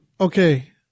Okay